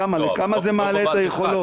בכמה זה מעלה את היכולות?